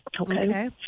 okay